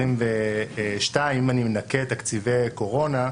אם אני מנכה תקציבי קורונה,